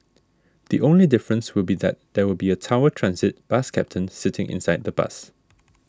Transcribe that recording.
the only difference will be that there will be a Tower Transit bus captain sitting inside the bus